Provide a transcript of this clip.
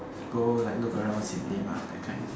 go like look around sim-lim that kind